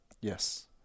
Yes